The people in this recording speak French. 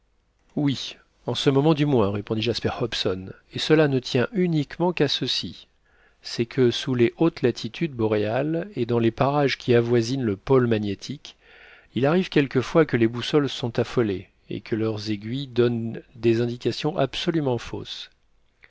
oui en ce moment du moins répondit jasper hobson et cela ne tient uniquement qu'à ceci c'est que sous les hautes latitudes boréales et dans les parages qui avoisinent le pôle magnétique il arrive quelquefois que les boussoles sont affolées et que leurs aiguilles donnent des indications absolument fausses